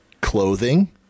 clothing